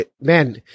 man